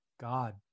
God